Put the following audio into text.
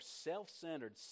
self-centered